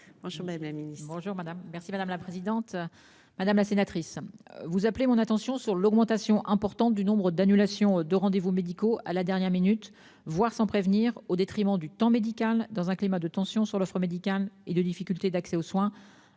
Bonjour madame la ministre. Bonjour madame, merci madame la présidente, madame la sénatrice. Vous appelez mon attention sur l'augmentation importante du nombre d'annulations de rendez-vous médicaux à la dernière minute, voire sans prévenir au détriment du temps médical dans un climat de tension sur l'offre médicale et de difficultés d'accès aux soins